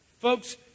Folks